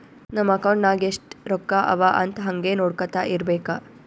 ನಮ್ ಅಕೌಂಟ್ ನಾಗ್ ಎಸ್ಟ್ ರೊಕ್ಕಾ ಅವಾ ಅಂತ್ ಹಂಗೆ ನೊಡ್ಕೊತಾ ಇರ್ಬೇಕ